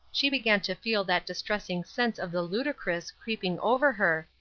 she began to feel that distressing sense of the ludicrous creeping over her,